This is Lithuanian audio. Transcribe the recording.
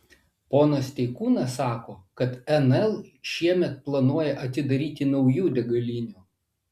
ponas steikūnas sako kad nl šiemet planuoja atidaryti naujų degalinių